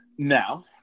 Now